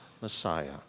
Messiah